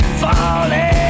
falling